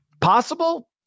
possible